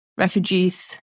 Refugees